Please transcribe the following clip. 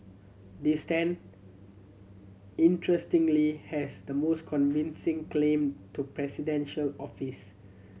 this Tan interestingly has the most convincing claim to presidential office